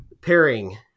pairing